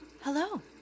Hello